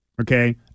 okay